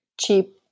cheap